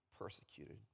persecuted